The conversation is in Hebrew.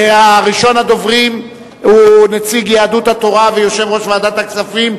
ראשון הדוברים הוא נציג יהדות התורה ויושב-ראש ועדת הכספים,